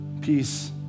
peace